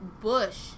bush